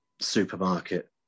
supermarket